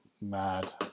mad